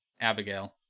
Abigail